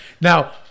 Now